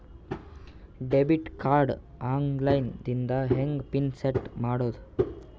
Debit card online ದಿಂದ ಹೆಂಗ್ PIN set ಮಾಡೋದು?